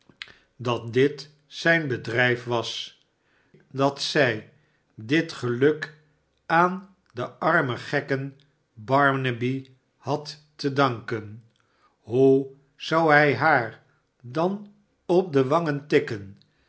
dat dit zijn bedrijf was dat zij dit geluk aan den armen gekken barnaby had te danken hoe zou hij haar dan op de wangen tikken